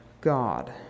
God